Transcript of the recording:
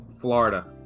Florida